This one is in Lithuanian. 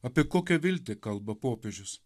apie kokią viltį kalba popiežius